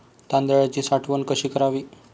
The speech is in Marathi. तांदळाची साठवण कशी करावी?